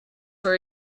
for